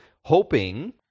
hoping